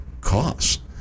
cost